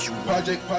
Project